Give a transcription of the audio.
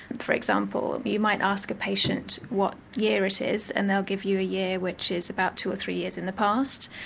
for example you might ask a patient what year it is and they'll give you a year which is about two or three years in the past.